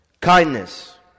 kindness